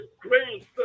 grandson